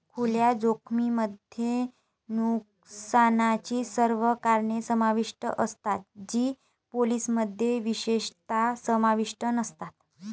खुल्या जोखमीमध्ये नुकसानाची सर्व कारणे समाविष्ट असतात जी पॉलिसीमध्ये विशेषतः समाविष्ट नसतात